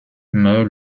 meurt